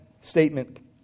statement